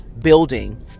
building